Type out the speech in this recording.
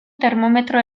termometro